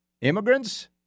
Immigrants